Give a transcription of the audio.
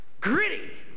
Gritty